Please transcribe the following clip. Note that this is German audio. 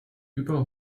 über